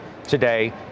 today